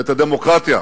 ואת הדמוקרטיה.